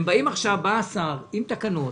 בא עכשיו השר עם תקנות